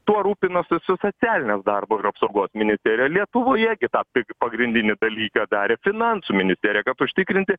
tuo rūpinosi su socialinės darbo ir apsaugos ministerija lietuvoje gi tą pagrindinį dalyką darė finansų ministerija kad užtikrinti